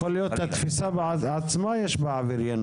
יכול להיות שבתפיסה עצמה יש בה עבריינות,